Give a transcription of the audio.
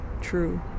true